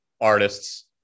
artists